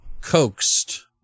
coaxed